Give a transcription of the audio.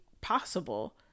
possible